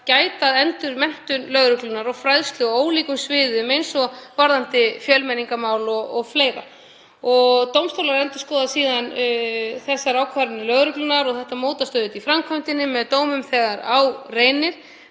gæta að endurmenntun lögreglunnar og fræðslu á ólíkum sviðum eins og varðandi fjölmenningarmál og fleira. Dómstólar endurskoða síðan þessar ákvarðanir lögreglunnar og þetta mótast auðvitað í framkvæmdinni með dómum þegar á reynir.